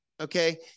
Okay